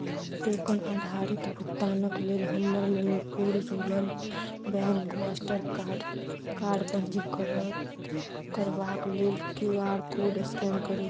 token आधारित भुगतानक लेल हमर Manipur rural bank master card card पञ्जीकृत करबाक लेल क्यू आर कोड स्कैन करू